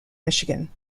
michigan